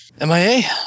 MIA